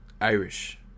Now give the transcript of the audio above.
Irish